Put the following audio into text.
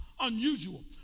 unusual